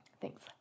Thanks